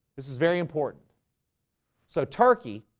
this is very important so turkey,